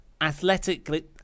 Athletically